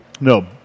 No